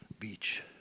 beach